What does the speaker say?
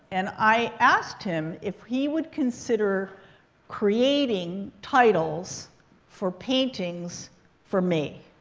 and i asked him if he would consider creating titles for paintings for me.